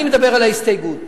אני מדבר על ההסתייגות.